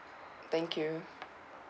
thank you